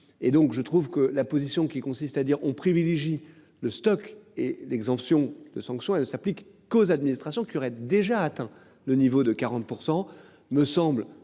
et donc je trouve que la position qui consiste à dire on privilégie le stock et l'exemption de sanctions, elle ne s'applique qu'aux administrations qui aurait déjà atteint le niveau de 40% me semble